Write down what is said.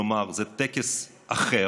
כלומר זה טקס אחר.